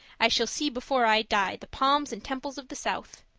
i shall see before i die the palms and temples of the south